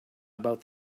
about